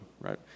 right